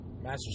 Master